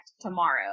tomorrow